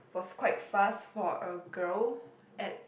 was quite fast for a girl at